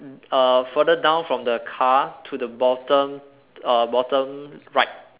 err further down from the car to the bottom err bottom right